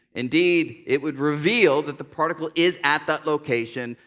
indeed it would reveal that the particle is at that location.